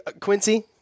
Quincy